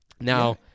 Now